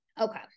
Okay